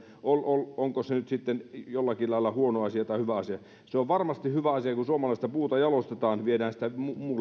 onko se nyt sitten jollain lailla huono asia tai hyvä asia se on varmasti hyvä asia kun suomalaista puuta jalostetaan ja viedään sitä